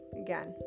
again